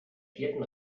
vierten